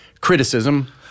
criticism